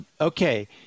Okay